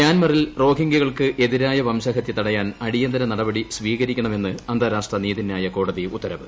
മ്യാൻമറിൽ റോഹിംഗൃകൾക്കെതിരായ വംശഹത്യ തടയാൻ അടിയന്തിരനടപടി സ്വീകരിക്കണമെന്ന് അന്താരാഷ്ട്ര നീതിന്യായ കോടതി ഉത്തരവ്